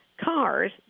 cars